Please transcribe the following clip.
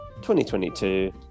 2022